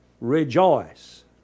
Rejoice